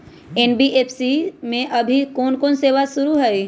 NBFC में अभी कोन कोन सेवा शुरु हई?